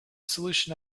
solution